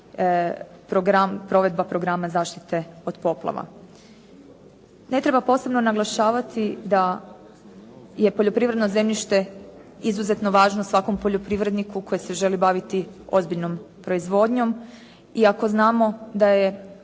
provedba programa zaštite od poplava. Ne treba posebno naglašavati da je poljoprivredno zemljište izuzetno važno svakom poljoprivredniku koji se želi baviti ozbiljnom proizvodnjom, iako znamo da je